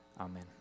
amen